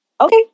okay